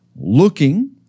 Looking